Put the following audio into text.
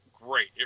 great